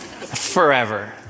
forever